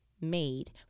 made